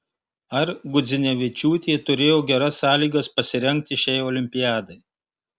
ar gudzinevičiūtė turėjo geras sąlygas pasirengti šiai olimpiadai